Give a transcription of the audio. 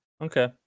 Okay